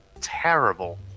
terrible